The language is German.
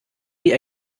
wie